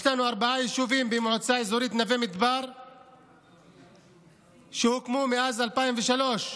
יש לנו ארבעה יישובים במועצה האזורית נווה מדבר שהוקמו מאז 2003: